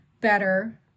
better